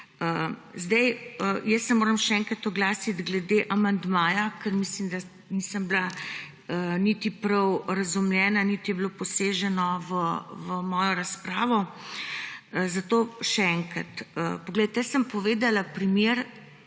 Jaz se moram še enkrat oglasiti glede amandmaja, ker mislim, da nisem bila niti prav razumljena niti je bilo poseženo v mojo razpravo. Zato še enkrat, jaz sem povedala primer